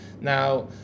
Now